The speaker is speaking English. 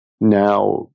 Now